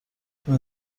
این